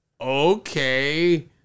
Okay